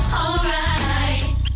alright